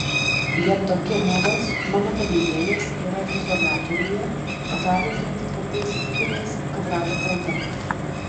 jevdokimovas mano padėjėjas yra izoliatoriuje o tardytojas tvirtai įsitikinęs kad rada kalta